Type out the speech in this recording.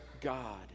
God